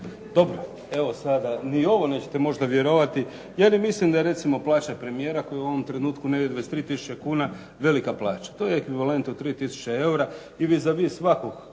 Dobro, evo sada ni ovo nećete možda vjerovati. Ja ne mislim da je recimo plaća premijera koji u ovom trenutku negdje 23 tisuće kuna velika plaća. To je ekvivalent od 3 tisuće eura i vis a vis svakog